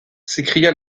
s’écria